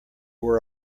were